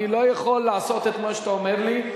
אני לא יכול לעשות את מה שאתה אומר לי.